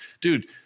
Dude